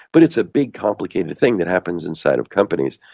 but it's a big complicated thing that happens inside of companies,